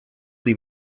del